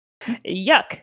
Yuck